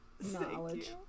knowledge